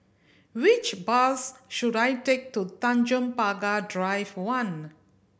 which bus should I take to Tanjong Pagar Drive One